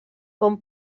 com